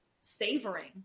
savoring